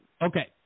Okay